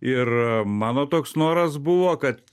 ir mano toks noras buvo kad